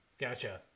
Gotcha